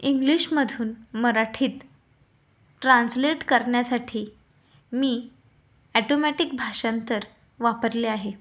इंग्लिशमधून मराठीत ट्रान्सलेट करण्यासाठी मी ॲटोमॅटिक भाषांतर वापरले आहे